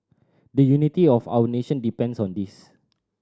the unity of our nation depends on this